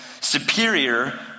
superior